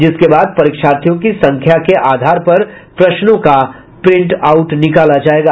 जिसके बाद परीक्षार्थियों की संख्या के आधार पर प्रश्नों का प्रिंट आउट निकलेगा